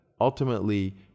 Ultimately